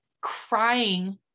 crying